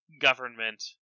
government